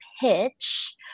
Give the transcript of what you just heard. pitch